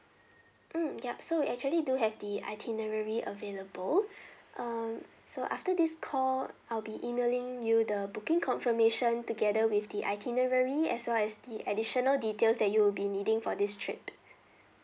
mm yup so actually do have the itinerary available um so after this call I'll be emailing you the booking confirmation together with the itinerary as well as the additional details that you'll be needing for this trip